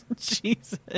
Jesus